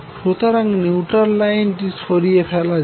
সুতরাং নিউট্রাল লাইনটি সরিয়ে ফেলা যায়